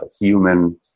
human